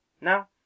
Now